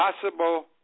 possible